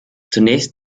zunächst